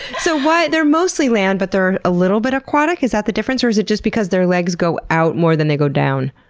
so what, they're mostly land but they're a little bit aquatic, is that the difference? or is it just that their legs go out more than they go down?